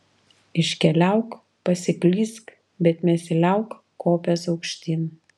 iškeliauk pasiklysk bet nesiliauk kopęs aukštyn